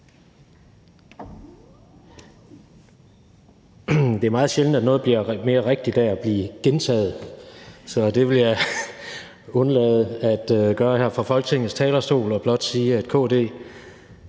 Det er meget sjældent, at noget bliver mere rigtigt af at blive gentaget, så det vil jeg undlade at gøre her fra Folketingets talerstol og blot sige, at KD